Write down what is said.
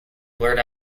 blurt